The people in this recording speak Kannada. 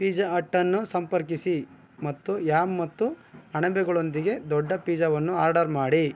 ಪಿಝಾ ಅಟ್ ಅನ್ನು ಸಂಪರ್ಕಿಸಿ ಮತ್ತು ಆ್ಯಮ್ ಮತ್ತು ಅಣಬೆಗಳೊಂದಿಗೆ ದೊಡ್ಡ ಪಿಝಾವನ್ನು ಆರ್ಡರ್ ಮಾಡಿ